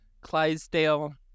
Clydesdale